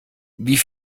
wie